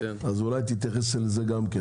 אז אולי תתייחס אל זה גם כן?